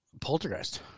Poltergeist